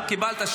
קיבלת.